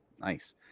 Nice